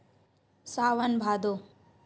सावन भादो